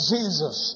Jesus